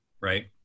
right